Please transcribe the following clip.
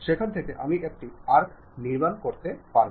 সেখান থেকে আমি একটি আর্ক নির্মাণ করতে চাই